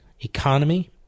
economy